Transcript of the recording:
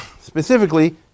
specifically